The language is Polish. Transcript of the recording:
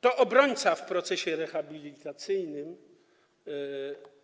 To obrońca w procesie rehabilitacyjnym